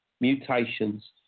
mutations